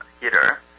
heater